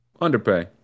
Underpay